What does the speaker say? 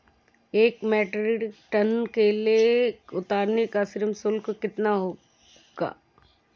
एक metric tonne केला उतारने का श्रम शुल्क कितना होगा?